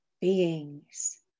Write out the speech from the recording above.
beings